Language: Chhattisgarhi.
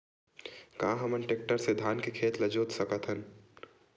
का हमन टेक्टर से धान के खेत ल जोत सकथन?